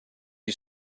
you